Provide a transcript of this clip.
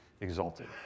exalted